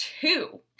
two